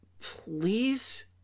please